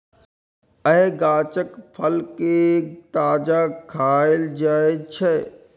एहि गाछक फल कें ताजा खाएल जाइ छै